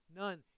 none